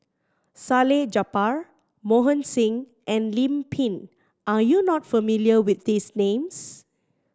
Salleh Japar Mohan Singh and Lim Pin are you not familiar with these names